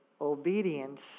obedience